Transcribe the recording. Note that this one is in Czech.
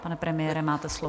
Pane premiére, máte slovo.